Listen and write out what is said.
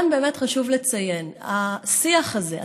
כאן באמת חשוב לציין שהשיח הזה,